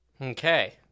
Okay